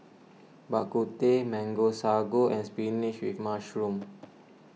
Bak Kut Teh Mango Sago and Spinach with Mushroom